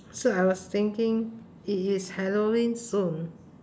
so I was thinking it is halloween soon